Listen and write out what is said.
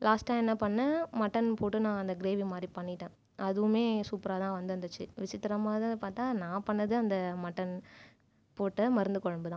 லாஸ்ட்டாக என்ன பண்ணினேன் மட்டன் போட்டு நான் அந்த கிரேவி மாதிரி பண்ணிட்டேன் அதுவுமே சூப்பராக தான் வந்திருந்துச்சு விசித்திரமானது பார்த்தால் நான் பண்ணிணது அந்த மட்டன் போட்ட மருந்து குழம்பு தான்